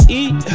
eat